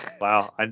Wow